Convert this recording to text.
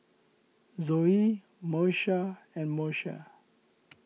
Zoie Moesha and Moesha